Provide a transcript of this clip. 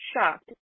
shocked